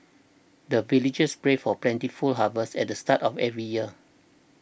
the villagers pray for plentiful harvest at the start of every year